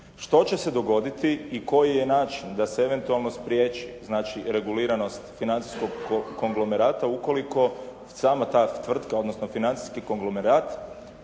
Što će se dogoditi i koji je način da se eventualno spriječi, znači reguliranost financijskog konglomerata ukoliko sama ta tvrtka, odnosno financijski konglomerat,